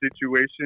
situation